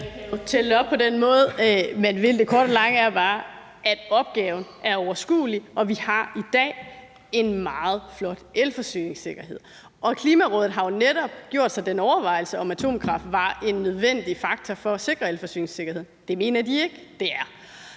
jo tælle op på den måde. Men det korte af det lange er bare, at opgaven er overskuelig, og at vi i dag har en meget flot elforsyningssikkerhed. Klimarådet har jo netop gjort sig den overvejelse om, om atomkraft var en nødvendig faktor for at sikre elforsyningssikkerheden, og det mener de ikke at det er.